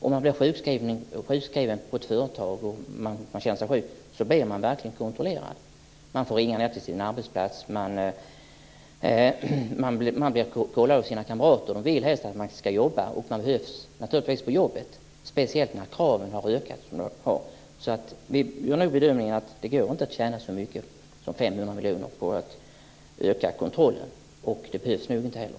Om man jobbar på ett företag och sjukskriver sig därför att man känner sig sjuk, så blir man verkligen kontrollerad. Man får ringa till sin arbetsplats. Man blir kollad av sina kamrater som helst vill att man ska jobba. Och man behövs naturligtvis på jobbet, speciellt när kraven har ökat på det sätt som de har. Vi gör bedömningen att det inte går att tjäna så mycket som 500 miljoner på att öka kontrollen, och det behövs nog inte heller.